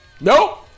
nope